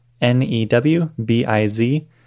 N-E-W-B-I-Z